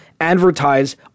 advertise